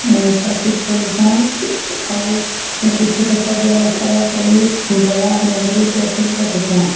ଓ profit କରୁଛନ୍ ଆଉ କିଛି ଲୋକ ବ୍ୟବସାୟ କରି ବଜାର୍ ନେଇ କରି ପ୍ରଫିଟ୍ କରୁଛନ୍